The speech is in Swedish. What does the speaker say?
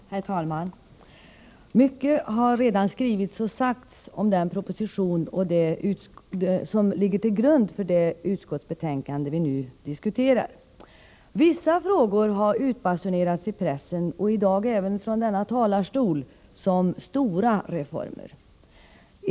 Herr talman! Mycket har redan skrivits och sagts om den proposition som ligger till grund för det utskottsbetänkande som vi nu diskuterar. Vissa frågor har utbasunerats i pressen, och i dag även från denna talarstol, som stora reformer.